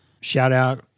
shout-out